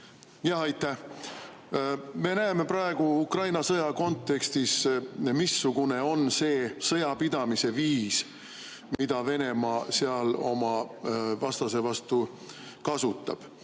Aitäh! Me näeme praegu Ukraina sõja kontekstis, missugune on see sõjapidamise viis, mida Venemaa seal oma vastase vastu kasutab.